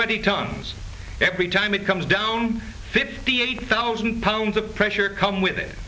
twenty tons every time it comes down fifty eight thousand pounds of pressure come with it